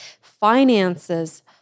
finances